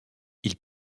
ils